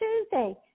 Tuesday